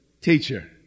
teacher